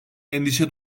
endişe